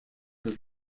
was